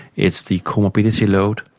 it's the co-morbidity load,